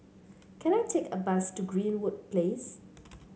can I take a bus to Greenwood Place